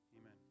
Amen